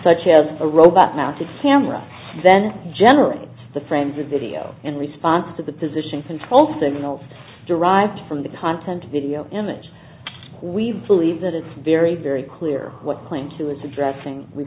such as a robot mounted camera then generates the frames of video in response to the position control signals derived from the content video image we believe that it's very very clear what claim to is addressing we